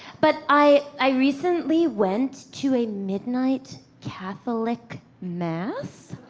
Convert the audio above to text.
but i recently went to a midnight catholic mass.